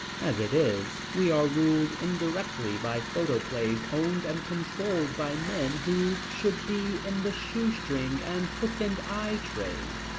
as it is, we are ruled indirectly by photoplays owned and controlled by men who should be in the shoe-string and hook-and-eye trade.